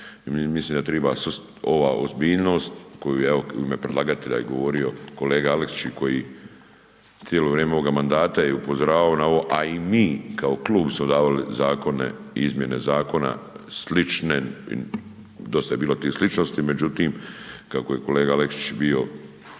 mislim da triba ova ozbiljnost koju evo u ime predlagatelja je govorio kolega Aleksić i koji cijelo vrijeme ovoga mandata je upozoravao na ovo, a i mi kao klub smo davali zakone, izmjene zakona slične, dosta je bilo tih sličnosti, međutim, kako je kolega Aleksić bio